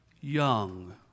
young